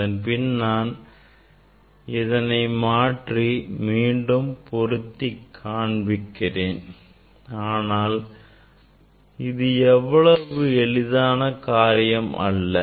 அதன்பின் நான் இதனை மாற்றி மீண்டும் பொருத்தி காண்பிக்கிறேன் ஆனால் இது அவ்வளவு எளிதான காரியம் அல்ல